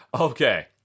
Okay